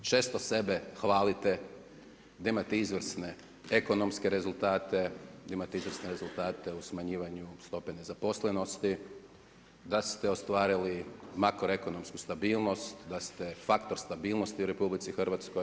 Često sebe hvalite da imate izvrsne ekonomske rezultate, da imate izvrsne rezultate u smanjivanju stope nezaposlenosti, da ste ostvarili makroekonomsku stabilnost, da ste faktor stabilnosti u RH.